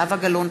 זהבה גלאון,